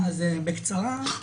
בקצרה,